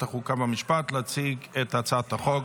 החוקה, חוק ומשפט, להציג את הצעת החוק.